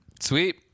Sweet